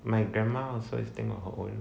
my grandma also is staying on her own